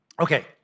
Okay